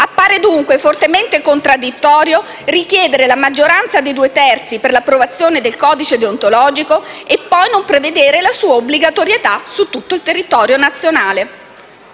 Appare dunque fortemente contraddittorio richiedere la maggioranza di due terzi per l'approvazione del codice deontologico e poi non prevedere la sua obbligatorietà su tutto il territorio nazionale.